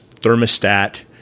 thermostat